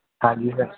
ਹਾਂਜੀ ਹਾਂ